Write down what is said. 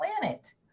planet